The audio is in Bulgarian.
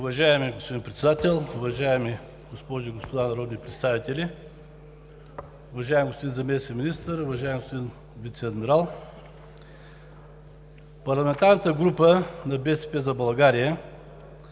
Уважаеми господин Председател, уважаеми госпожи и господа народни представители, уважаеми господин заместник-министър, уважаеми господин вицеадмирал! Парламентарната група на „БСП за България“